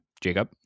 Jacob